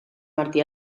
martí